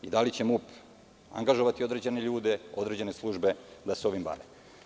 Da li će MUP angažovati određene ljude, određene službe da se ovim bave?